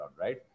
right